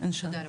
תודה רבה.